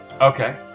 Okay